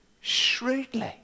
shrewdly